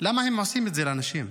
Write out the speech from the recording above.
למה הם עושים את זה לאנשים?